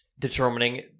determining